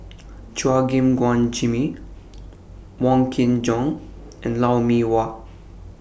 Chua Gim Guan Jimmy Wong Kin Jong and Lou Mee Wah